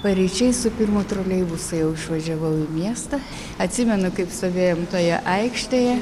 paryčiais su pirmu troleibusu jau išvažiavau į miestą atsimenu kaip stovėjom toje aikštėje